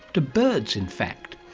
to birds in fact.